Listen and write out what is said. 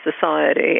society